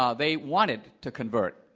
ah they wanted to convert.